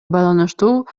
байланыштуу